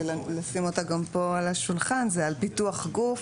לשים אותה גם פה על השולחן וזה על פיתוח גוף,